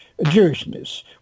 Jewishness